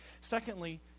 Secondly